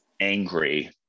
angry